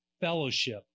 fellowship